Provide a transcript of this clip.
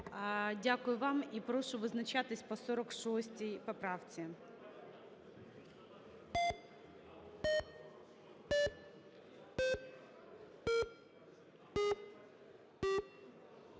Дякую вам. Прошу визначатися по 47 поправці.